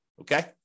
okay